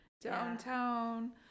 downtown